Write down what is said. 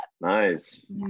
Nice